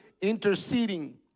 interceding